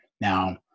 Now